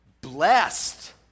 Blessed